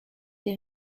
des